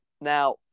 Now